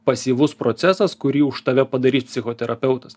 pasyvus procesas kurį už tave padarys psichoterapeutas